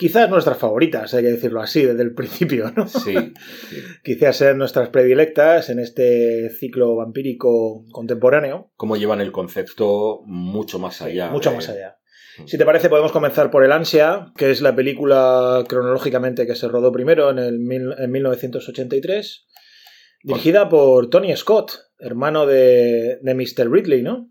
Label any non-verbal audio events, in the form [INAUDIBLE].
Quizá es nuestra favorita, si hay que decirlo así, desde el principio, ¿no? Sí, sí. [LAUGHS] Quizás sean nuestras predilectas en este ciclo vampírico contemporáneo. Como llevan el concepto mucho más Sí, allá mucho más de- allá. Si te Ujú. parece, podemos comenzar por El Ansia, que es la película cronológicamente que se rodó primero en el mil- en 1983, Con- dirigida por Tony Scott, hermano de- de Mr. Ridley, ¿no?